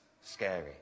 scary